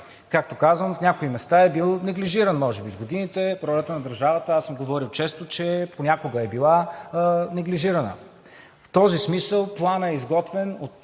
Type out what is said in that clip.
Както казвам, в някои места е бил неглижиран може би с годините. Ролята на държавата, аз съм говорил често, че понякога е била неглижирана. В този смисъл Планът е изготвен.